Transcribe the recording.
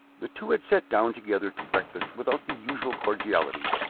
the two had sat down together to breakfast without the usual cordiality,